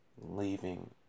leaving